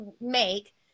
make